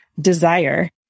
desire